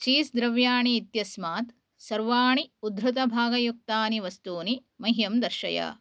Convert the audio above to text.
cheese द्रव्याणि इत्यस्मात् सर्वाणि उद्धृतभागयुक्तानि वस्तूनि मह्यं दर्शय